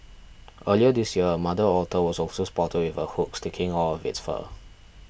earlier this year a mother otter was also spotted with a hook sticking out of its fur